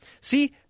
See